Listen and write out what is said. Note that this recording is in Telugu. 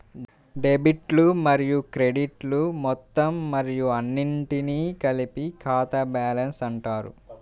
డెబిట్లు మరియు క్రెడిట్లు మొత్తం మరియు అన్నింటినీ కలిపి ఖాతా బ్యాలెన్స్ అంటారు